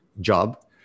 job